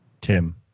Tim